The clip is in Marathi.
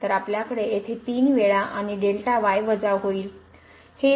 तर आपल्याकडे येथे 3 वेळा आणि वजा होईल